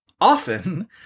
often